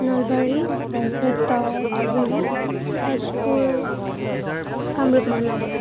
Nalbari Barpeta Dhubri Tezpur Kamrup Mahanagar